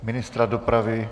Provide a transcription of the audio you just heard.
Ministra dopravy.